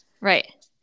Right